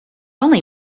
only